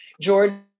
Jordan